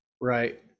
Right